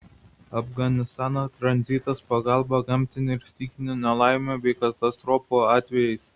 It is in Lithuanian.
afganistano tranzitas pagalba gamtinių ir stichinių nelaimių bei katastrofų atvejais